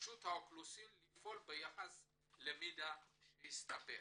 רשות האוכלוסין לפעול ביחס למידע שהצטבר.